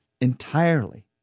entirely